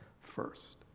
first